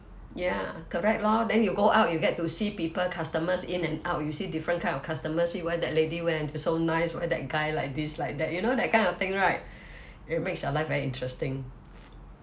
ya correct lor then you go out you get to see people customers in and out you see different kind of customers see what that lady wear so nice why that guy like this like that you know that kind of thing right it makes our life very interesting